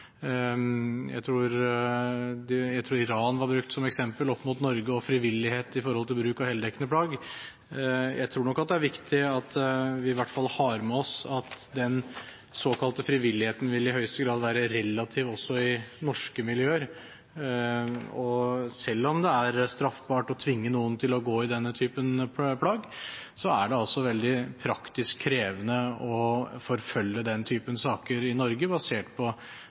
jeg tror var brukt som eksempel, opp mot Norge og frivillighet i forhold til bruk av heldekkende plagg. Jeg tror nok at det er viktig at vi i hvert fall har med oss at den såkalte frivilligheten i høyeste grad vil være relativ også i norske miljøer. Selv om det er straffbart å tvinge noen til å gå i denne typen plagg, er det veldig praktisk krevende å forfølge den typen saker i Norge, basert på